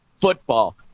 football